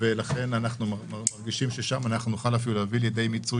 אנחנו מרגישים ששם נוכל להביא לידי מיצוי